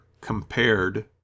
compared